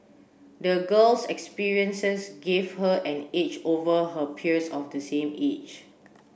the girl's experiences gave her an edge over her peers of the same age